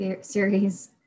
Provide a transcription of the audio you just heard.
series